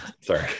Sorry